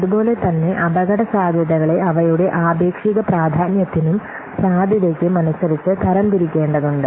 അതുപോലെ തന്നെ അപകടസാധ്യതകളെ അവയുടെ ആപേക്ഷിക പ്രാധാന്യത്തിനും സാധ്യതയ്ക്കും അനുസരിച്ച് തരംതിരിക്കേണ്ടതുണ്ട്